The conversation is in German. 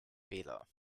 fehler